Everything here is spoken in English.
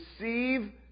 receive